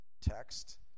text